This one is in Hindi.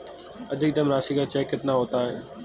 अधिकतम राशि का चेक कितना होता है?